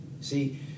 See